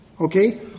okay